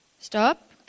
Stop